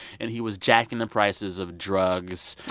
and he was jacking the prices of drugs.